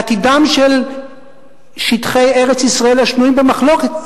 עתידם של שטחי ארץ-ישראל השנויים במחלוקת,